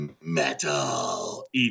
metal